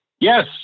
Yes